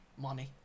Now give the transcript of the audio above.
money